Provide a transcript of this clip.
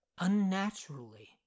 Unnaturally